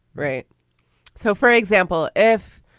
right so, for example, if,